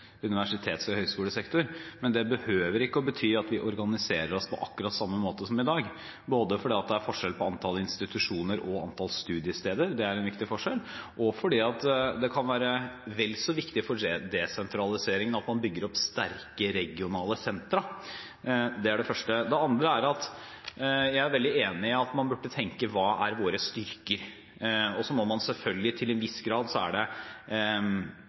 universitets- og høyskolesektor, men det behøver ikke å bety at vi organiserer oss på akkurat samme måte som i dag, både fordi det er forskjell på antall institusjoner og antall studiesteder – det er en viktig forskjell – og fordi det kan være vel så viktig for desentraliseringen at man bygger opp sterke, regionale sentre. Det er det første. Det andre er at jeg er veldig enig i at man burde tenke: Hva er våre styrker? Så må man selvfølgelig – til en viss grad – ha f.eks. en lærerutdannelse og helsepersonellutdannelse over hele landet. Det